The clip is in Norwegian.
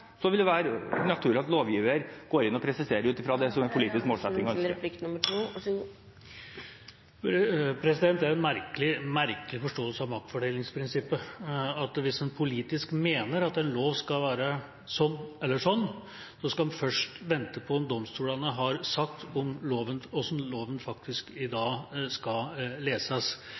så er det faktisk sånn at det er domstolene som avgjør lovfortolkning, avgjør om det er i strid med loven eller ikke. Først når man har fått det bekreftet, vil det være naturlig at lovgiver går inn og presiserer, ut fra det som er en politisk målsetting og et ønske. Dette er en merkelig forståelse av maktfordelingsprinsippet: Hvis en politisk mener at en lov skal være sånn eller sånn, skal en først vente på